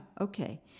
Okay